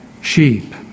sheep